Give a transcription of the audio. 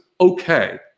okay